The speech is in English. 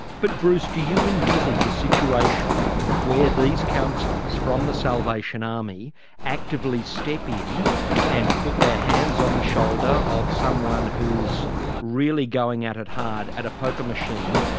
but bruce do you envisage a situation where these counsellors from the salvation army actively step in and put their hands on the shoulder of someone who's really going at it hard at a poker machine,